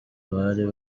bari